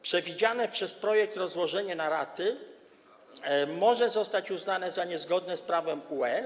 Przewidziane przez projekt rozłożenie na raty może zostać uznane za niezgodne z prawem UE.